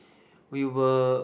we will